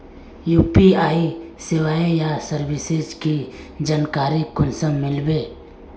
UPI सेवाएँ या services की जानकारी कुंसम मिलबे?